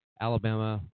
alabama